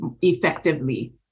effectively